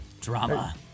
Drama